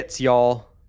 y'all